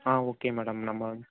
ஆ okay madam நம்ம வந்து